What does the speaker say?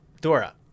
Dora